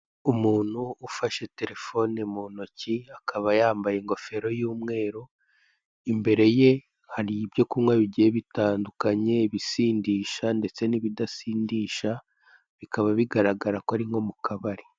Umuntu ufashe Telefone mu ntoki akaba yambaye ingofero y'umweru, imbere ye hari ibyo kunywa bigiye bitandukanye, ibisindisha ndetse n'ibidasindisha bikaba bigaragara ko ari nko mu kabari.